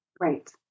Right